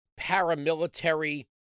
paramilitary